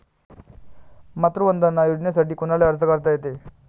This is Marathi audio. मातृवंदना योजनेसाठी कोनाले अर्ज करता येते?